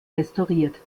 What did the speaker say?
restauriert